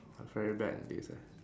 I very bad in this eh